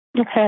Okay